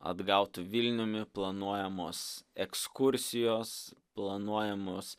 atgautu vilniumi planuojamos ekskursijos planuojamos